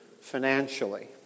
financially